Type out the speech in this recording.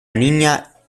niña